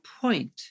point